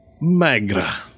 Magra